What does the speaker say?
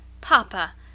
Papa